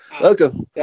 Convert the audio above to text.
Welcome